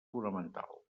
fonamental